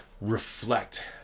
reflect